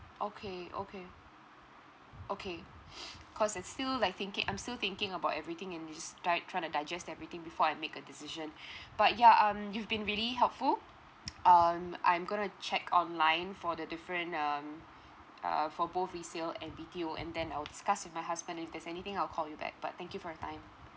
okay okay okay cause it's still like thinking I'm still thinking about everything in this try tryna digest everything before I make a decision but yeah um you've been really helpful um I'm gonna check online for the different um uh for both resale and B_T_O and then I'll discuss with my husband if there's anything I'll call you back but thank you for your time